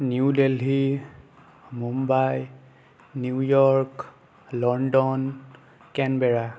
New Delhi Mumbai New York London Canberra